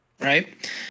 right